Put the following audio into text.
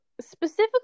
specifically